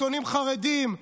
שונאים חרדים.